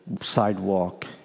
sidewalk